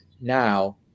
now